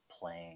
playing